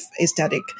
aesthetic